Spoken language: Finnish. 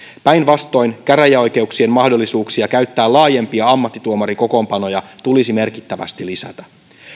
päinvastoin käräjäoikeuksien mahdollisuuksia käyttää laajempia ammattituomarikokoonpanoja tulisi merkittävästi lisätä